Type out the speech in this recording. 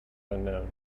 unknown